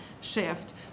shift